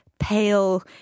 pale